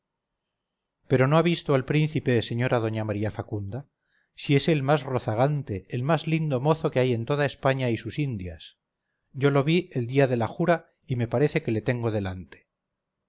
pero vd no ha visto al príncipe señora doña maría facunda si es el más rozagante el más lindo mozo que hay en toda españa y sus indias yo lo vi el día de la jura y me parece que le tengo delante